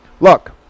Look